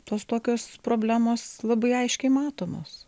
tos tokios problemos labai aiškiai matomos